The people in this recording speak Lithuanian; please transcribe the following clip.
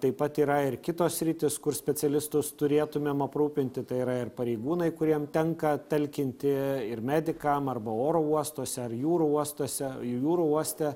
taip pat yra ir kitos sritys kur specialistus turėtumėm aprūpinti tai yra ir pareigūnai kuriem tenka talkinti ir medikam arba oro uostuose ar jūrų uostuose jūrų uoste